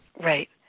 Right